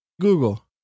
Google